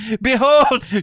Behold